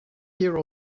year